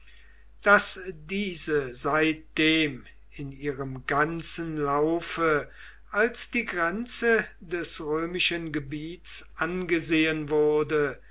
daß diese seitdem in ihrem ganzen laufe als die grenze des römischen gebiets angesehen wurde